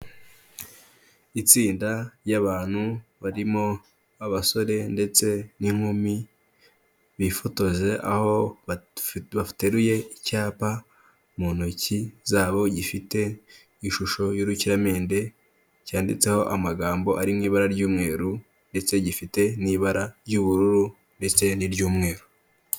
Itsinda ry'abantu barimo abasore ndetse n'inkumi bifotoje aho bateruye icyapa mu ntoki zabo gifite ishusho y'urukiramende cyanditseho amagambo ari mu ibara ry'umweru, ndetse gifite n'ibara ry'ubururu ndetse n'iry'umweru.